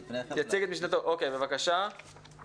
בבקשה, חבר הכנסת בוסו.